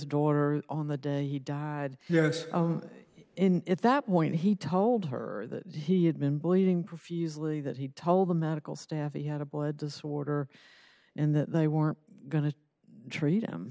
daughter on the day he died yes in at that point he told her that he had been bleeding profusely that he told the medical staff he had a blood disorder and that they weren't going to treat him